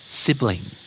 sibling